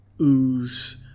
ooze